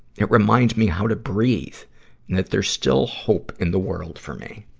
it reminds me how to breathe and that there's still hope in the world for me.